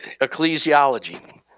ecclesiology